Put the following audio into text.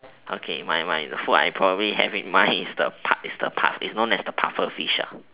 okay my my my food probably I have in mind is the puff~ is the puff~ probably known as the pufferfish lah